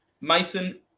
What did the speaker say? Mason